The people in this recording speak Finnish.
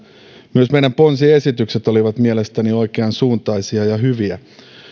myös meidän ponsiesityksemme olivat mielestäni oikeansuuntaisia ja hyviä